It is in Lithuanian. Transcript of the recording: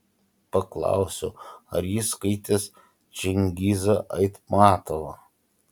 paklausiau ar jis skaitęs čingizą aitmatovą